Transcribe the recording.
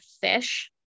fish